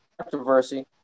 controversy